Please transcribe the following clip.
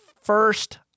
first